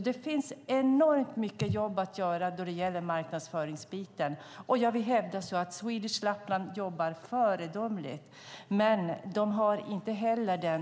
Det finns alltså enormt mycket jobb att göra när det gäller marknadsföringsbiten. Och jag vill hävda att Swedish Lapland jobbar föredömligt, men de har inte